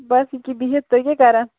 بَس یِکہِ بِہِتھ تُہۍ کیٛاہ کَران